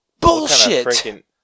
Bullshit